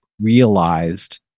realized